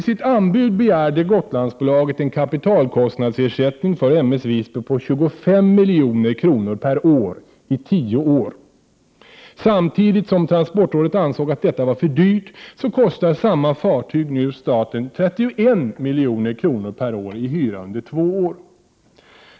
Isitt anbud begärde Gotlandsbolaget en kapitalkostnadsersättning för M/S Visby på 25 milj.kr. per år i tio år. Transportrådet ansåg att detta var för dyrt, men samma fartyg kostar nu staten 31 milj.kr. per år i hyra under två år.